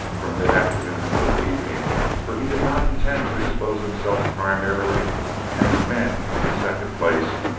from mid-afternoon until evening for he did not intend to expose himself primarily and his men in the second place,